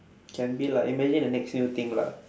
can be lah imagine the next new thing lah